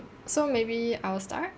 so maybe I'll start